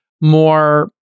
more